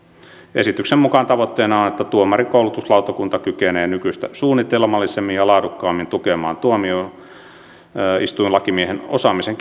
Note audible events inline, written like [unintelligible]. esityksen mukaan tavoitteena on että tuomarinkoulutuslautakunta kykenee nykyistä suunnitelmallisemmin ja laadukkaammin tukemaan tuomioistuinlakimiehen osaamisen [unintelligible]